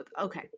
okay